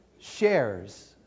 shares